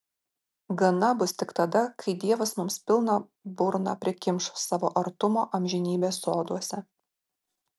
gana bus tik tada kai dievas mums pilną burną prikimš savo artumo amžinybės soduose